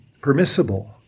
permissible